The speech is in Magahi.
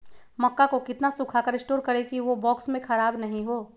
मक्का को कितना सूखा कर स्टोर करें की ओ बॉक्स में ख़राब नहीं हो?